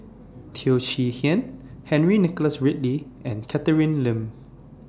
Teo Chee Hean Henry Nicholas Ridley and Catherine Lim